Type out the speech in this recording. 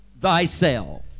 thyself